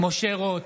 משה רוט,